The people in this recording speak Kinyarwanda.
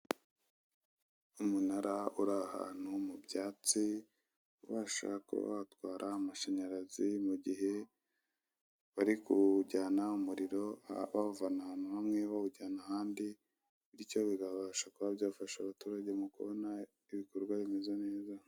Umunara uri ahantu mu byatsi ubasha kuba watwara amashanyarazi mu gihe bari kuwujyana umuriro bawuvana ahantu hamwe bawujyana ahandi, bityo bikabasha kuba byafasha abaturage mu kubona ibikorwa remezo nk'imvura.